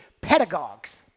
pedagogues